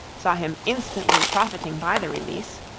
saw him instantly profiting by the release,